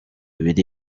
biri